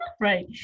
right